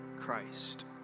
Christ